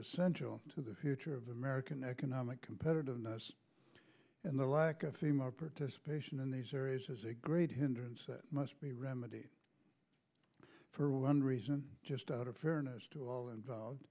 essential to the future of american economic competitiveness and the lack of female participation in these areas is a great hindrance that must be remedied for one reason just out of fairness to all involved